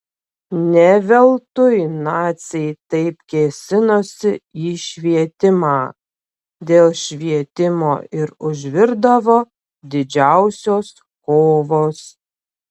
ne veltui naciai taip kėsinosi į švietimą dėl švietimo ir užvirdavo didžiausios kovos